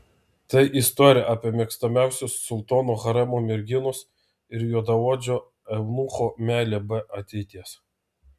tai istorija apie mėgstamiausios sultono haremo merginos ir juodaodžio eunucho meilę be ateities